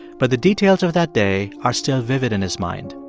but the details of that day are still vivid in his mind.